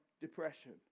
depression